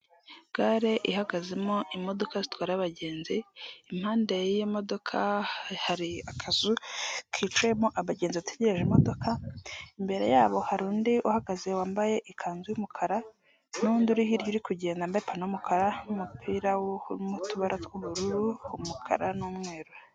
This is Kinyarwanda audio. Gare ihagazemo imodoka zitwara abagenzi, impande y'iyo modoka hari akazu kicayemo abagenzi bategereje imodoka, imbere yabo hari undi uhagaze wambaye ikanzu y'umukara n'undi uri hirya uri kugenda wambaye ipantaro y'umukara n'umupira urimo utubara tw'ubururu, umukara n'umweru.